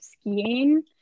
skiing